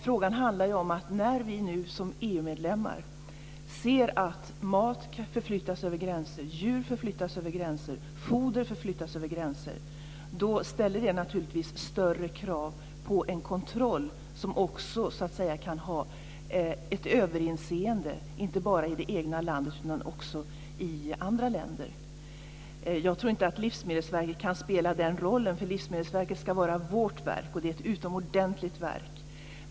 Frågan handlar om att när vi nu som EU-medlem ser att mat, djur och foder kan förflyttas över gränser, ställer det naturligtvis större krav på en kontroll som också kan innebära ett överinseende inte bara i det egna landet utan också i andra länder. Jag tror inte att Livsmedelsverket kan spela den rollen, för Livsmedelsverket ska vara vårt verk. Det är ett utomordentligt verk.